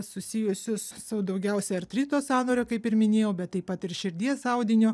susijusius su daugiausiai artrito sąnario kaip ir minėjau bet taip pat ir širdies audinio